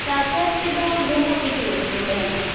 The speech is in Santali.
ᱥᱟᱠᱨᱟᱛ ᱛᱮᱫᱚ ᱰᱩᱢᱵᱩᱜ ᱯᱤᱴᱟ ᱞᱮ ᱤᱥᱤᱱ ᱛᱟᱦᱮᱱᱟ